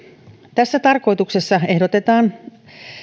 tässä tarkoituksessa ehdotetaan